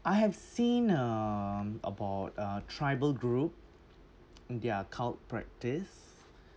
I have seen um about uh tribal group their cult practice